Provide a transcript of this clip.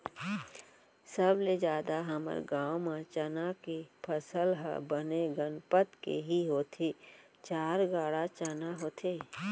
सबले जादा हमर गांव म चना के फसल ह बने गनपत के ही होथे चार गाड़ा चना होथे